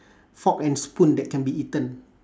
fork and spoon that can be eaten